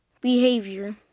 behavior